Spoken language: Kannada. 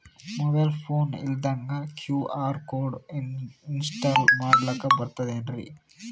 ಮೊಬೈಲ್ ಫೋನ ಇಲ್ದಂಗ ಕ್ಯೂ.ಆರ್ ಕೋಡ್ ಇನ್ಸ್ಟಾಲ ಮಾಡ್ಲಕ ಬರ್ತದೇನ್ರಿ?